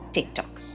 TikTok